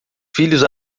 filhos